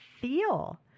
feel